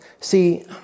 see